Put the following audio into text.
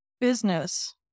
business